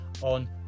on